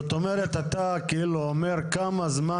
זאת אומרת אתה כאילו אומר כמה זמן